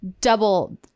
Double